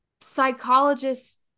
psychologist's